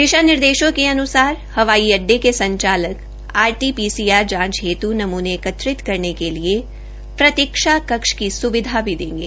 दिशा निर्देशों के अन्सार हवाई अड्डे के संचालक R T P C R जांच हेतु नमूने एकत्रित करने के लिए पतीक्षा कक्ष की सुविधा भी देंगे